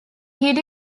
hid